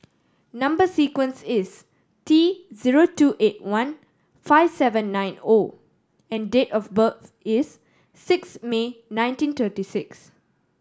number sequence is T zero two eight one five seven nine O and date of birth is six May nineteen thirty six